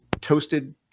toasted